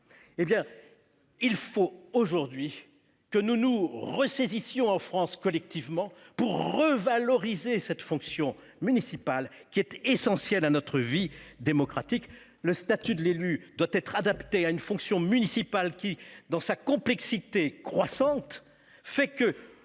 de maires. Il faut aujourd'hui que nous nous ressaisissions collectivement et que nous revalorisions cette fonction municipale qui est essentielle à notre vie démocratique. Le statut de l'élu doit être adapté à une fonction municipale qui, par sa complexité croissante, fait que